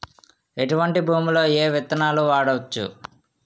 ఎటువంటి భూమిలో ఏ విత్తనాలు వాడవచ్చు?